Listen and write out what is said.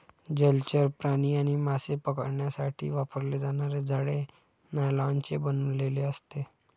जलचर प्राणी आणि मासे पकडण्यासाठी वापरले जाणारे जाळे नायलॉनचे बनलेले असते